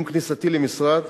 עם כניסתי למשרד